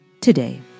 today